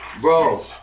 Bro